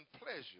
pleasure